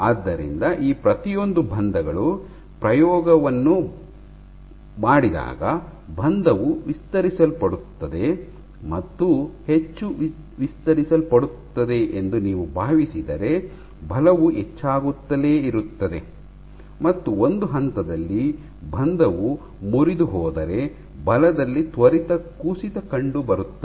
ಆದ್ದರಿಂದ ಈ ಪ್ರತಿಯೊಂದು ಬಂಧಗಳು ಬಲವನ್ನು ಪ್ರಯೋಗಿಸಿದಾಗ ಬಂಧವು ವಿಸ್ತರಿಸಲ್ಪಡುತ್ತದೆ ಮತ್ತು ಹೆಚ್ಚು ವಿಸ್ತರಿಸಲ್ಪಡುತ್ತದೆ ಎಂದು ನೀವು ಭಾವಿಸಿದರೆ ಬಲವು ಹೆಚ್ಚಾಗುತ್ತಲೇ ಇರುತ್ತದೆ ಮತ್ತು ಒಂದು ಹಂತದಲ್ಲಿ ಬಂಧವು ಮುರಿದುಹೋದರೆ ಬಲದಲ್ಲಿ ತ್ವರಿತ ಕುಸಿತ ಕಂಡುಬರುತ್ತದೆ